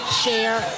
share